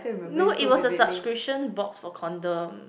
no it was a subscription box for condom